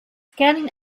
scanning